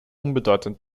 unbedeutend